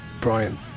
Brian